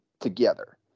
together